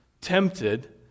tempted